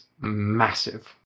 massive